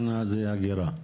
מולדובה ובלארוס.